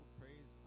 praise